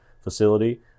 facility